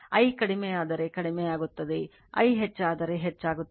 I ಕಡಿಮೆಯಾದರೆ ಕಡಿಮೆಯಾಗುತ್ತದೆ I ಹೆಚ್ಚಾದರೆ ಹೆಚ್ಚಾಗುತ್ತದೆ